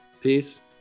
peace